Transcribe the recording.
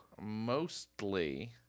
Mostly